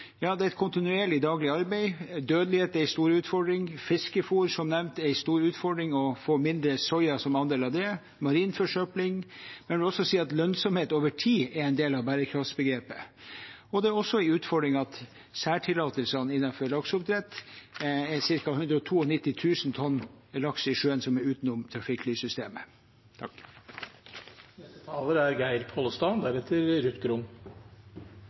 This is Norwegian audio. det et kontinuerlig, daglig arbeid. Dødelighet er en stor utfordring. Fiskefôr er som nevnt en stor utfordring, det å få en mindre soyaandel i det, og marin forsøpling. Jeg vil også si at lønnsomhet over tid er en del av bærekraftsbegrepet. Det er også en utfordring at særtillatelsene innenfor lakseoppdrett er på ca. 192 000 tonn laks i sjøen utenom trafikklyssystemet.